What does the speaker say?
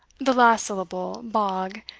the last syllable, bog,